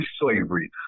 slavery